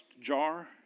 jar